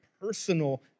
personal